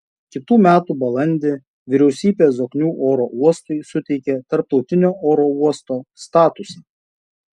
kitų metų balandį vyriausybė zoknių oro uostui suteikė tarptautinio oro uosto statusą